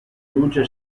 luce